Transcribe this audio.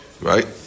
Right